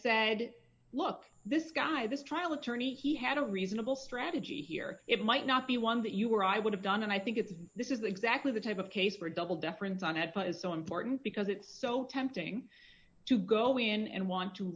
said look this guy this trial attorney he had a reasonable strategy here it might not be one that you or i would have done and i think it's this is exactly the type of case for double deference on that front is so important because it's so tempting to go in and want to